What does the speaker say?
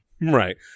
Right